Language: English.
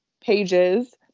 pages